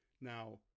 Now